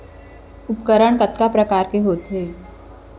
उपकरण कतका प्रकार के होथे?